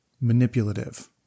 manipulative